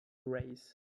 grass